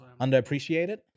Underappreciated